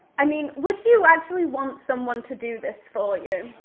i mean, would you actually want someone to do this for you?